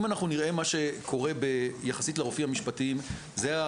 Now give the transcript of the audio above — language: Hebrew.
אם אנחנו נראה מה שקורה יחסית לרופאים המשפטיים זה,